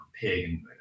pig